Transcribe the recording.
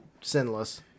sinless